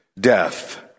death